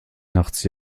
nachts